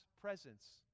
presence